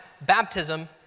baptism